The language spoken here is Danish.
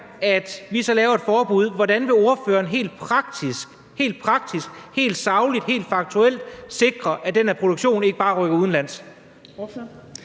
at vi så laver et forbud, noget andet er, hvordan ordføreren helt praktisk, helt sagligt, helt faktuelt, vil sikre, at den her produktion ikke bare rykker udenlands.